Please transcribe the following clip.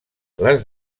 les